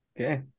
Okay